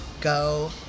go